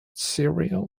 cereal